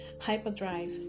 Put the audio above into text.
hyperdrive